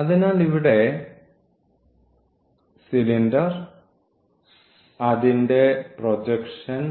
അതിനാൽ ഇവിടെ സിലിണ്ടർ അതിൻറെ പ്രൊജക്ഷൻ